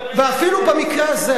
ואפילו במקרה הזה,